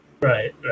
Right